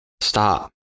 stop